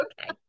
okay